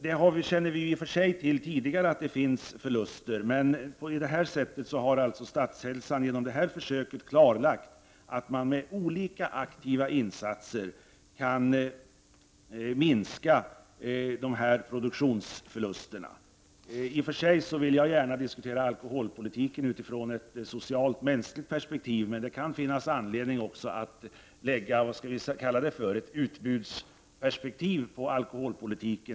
Vi kände i och för sig till tidigare att det fanns förluster, men Statshälsan har genom det här försöket klarlagt att man med olika aktiva insatser kan minska produktionsförlusterna. Jag vill i och för sig gärna diskutera alkoholpolitiken utifrån ett socialt och mänskligt perspektiv, men det kan också finnas anledning att se på alkoholfrågan utifrån något som man kan kalla för ett utbudsperspektiv.